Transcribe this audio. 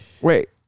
Wait